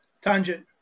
tangent